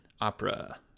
opera